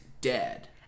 dead